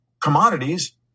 commodities